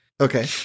Okay